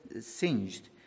singed